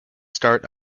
start